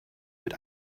mit